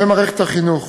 במערכת החינוך.